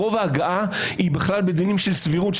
רוב ההגעה היא בכלל בדינים של סבירות,